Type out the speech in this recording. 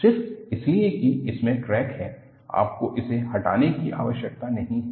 सिर्फ इसलिए कि इसमें क्रैक है आपको इसे हटाने की आवश्यकता नहीं है